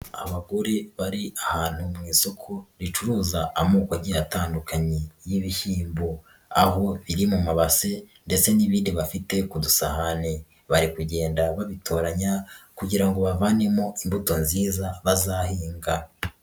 Abagore bari ahantu mu isoko ricuruza amoko agiye atandukanye y'ibihinmbo, aho iri mu mabase ndetse n'ibindi bafite ku dusahane, bari kugenda babitoranya kugira ngo bavanemo imbuto nziza bazahinga.